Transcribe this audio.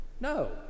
No